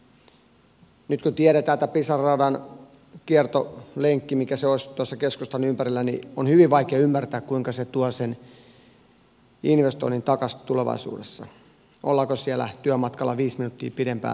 nyt kun tiedetään tämän pisara radan kiertolenkki mikä se olisi tuossa keskustan ympärillä niin on hyvin vaikea ymmärtää kuinka se tuo sen investoinnin takaisin tulevaisuudessa ollaanko siellä työmatkalla viisi minuuttia pidempään vai ei